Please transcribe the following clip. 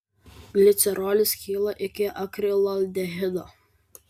glicerolis skyla iki akrilaldehido